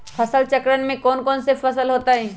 फसल चक्रण में कौन कौन फसल हो ताई?